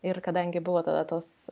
ir kadangi buvo tada tos